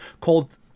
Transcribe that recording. called